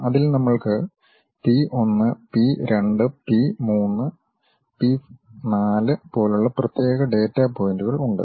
അതിൽ നമ്മൾക്ക് P 1 P 2 P 3 P 4 പോലുള്ള പ്രത്യേക ഡാറ്റാ പോയിന്റുകൾ ഉണ്ട്